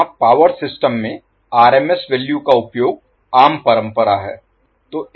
अब यहां power system में आरएमएस वैल्यू का उपयोग आम परंपरा है